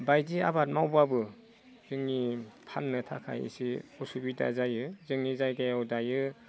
बायदि आबाद मावब्लाबो जोंनि फाननो थाखाय एसे उसुबिदा जायो जोंनि जायगायाव दायो